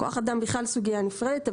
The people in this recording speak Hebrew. כוח אדם זו סוגייה נפרדת.